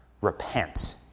repent